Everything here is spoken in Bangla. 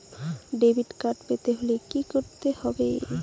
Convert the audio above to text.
ডেবিটকার্ড পেতে হলে কি করতে হবে?